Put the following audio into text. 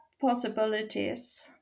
possibilities